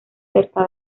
cerca